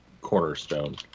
cornerstone